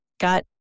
got